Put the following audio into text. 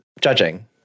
judging